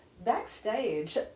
backstage